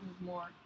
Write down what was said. more